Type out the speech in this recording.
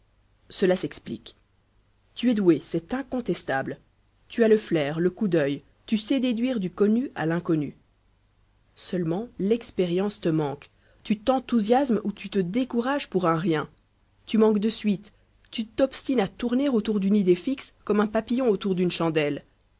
cela s'explique tu es doué c'est incontestable tu as le flair le coup d'œil tu sais déduire du connu à l'inconnu seulement l'expérience te manque tu t'enthousiasmes ou tu te décourages pour un rien tu manques de suite tu t'obstines à tourner autour d'une idée fixe comme un papillon autour d'une chandelle